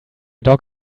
dog